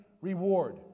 reward